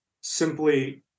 simply